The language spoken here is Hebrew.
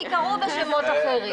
הם ייקראו בשמות אחרים.